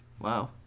Wow